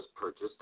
purchased